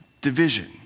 division